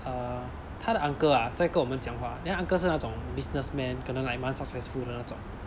err 她的 uncle ah 在跟我们讲话 then uncle 是那种 businessman 可能 like 蛮 successful 的那种